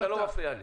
אתה לא מפריע לי.